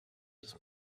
des